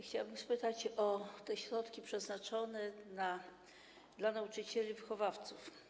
Chciałabym spytać o środki przeznaczone dla nauczycieli wychowawców.